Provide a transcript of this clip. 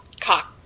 cock